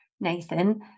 nathan